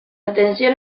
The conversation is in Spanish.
atención